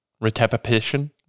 Repetition